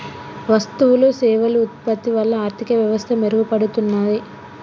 వస్తువులు సేవలు ఉత్పత్తి వల్ల ఆర్థిక వ్యవస్థ మెరుగుపడుతున్నాది